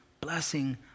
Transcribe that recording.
blessing